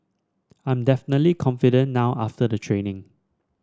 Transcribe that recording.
I'm definitely confident now after the training